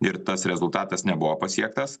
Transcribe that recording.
ir tas rezultatas nebuvo pasiektas